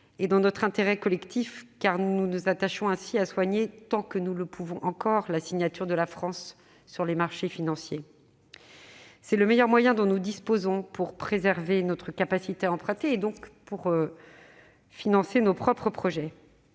c'est aussi notre intérêt collectif, car nous nous attachons ainsi à soigner, tant que nous le pouvons encore, la signature de la France sur les marchés financiers. C'est le meilleur moyen dont nous disposons pour préserver notre capacité à emprunter, donc à financer nos propres projets.